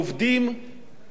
במנהלים,